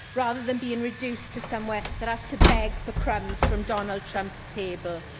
rather than being reduced to somewhere that has to beg for crumbs from donald trump's table.